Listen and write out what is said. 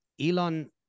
elon